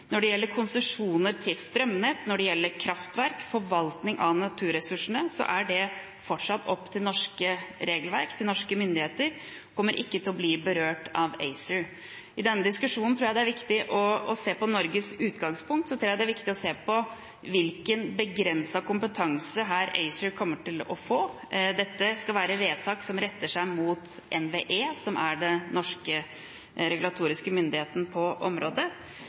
Når det gjelder konsesjoner til strømnett, når det gjelder kraftverk, forvaltning av naturressursene, er det fortsatt opp til norske regelverk, til norske myndigheter, og det kommer ikke til å bli berørt av ACER. I denne diskusjonen tror jeg det er viktig å se på Norges utgangspunkt. Så tror jeg det er viktig å se på hvilken begrenset kompetanse ACER her kommer til å få. Dette skal være vedtak som retter seg mot NVE, som er den norske regulatoriske myndigheten på området.